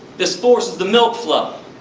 this forces the milk flow.